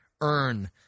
earn